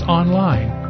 online